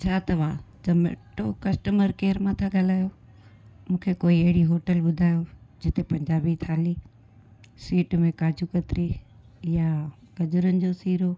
छा तव्हां Zomato customer care मां था ॻाल्हायो मूंखे कोई अहिड़ी होटल ॿुधायो जिते पंजाबी थाली स्वीट में काजू कतरी या गजरनि जो सीरो